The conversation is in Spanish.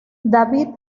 david